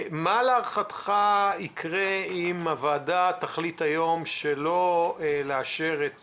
מה להערכתך יקרה אם הוועדה תחליט היום שלא לאשר את